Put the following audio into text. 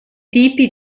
tipi